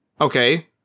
Okay